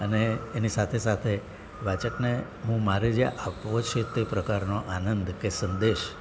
અને એની સાથે સાથે વાચકને હું મારે જે આપવો છે તે પ્રકારનો આનંદ કે સંદેશ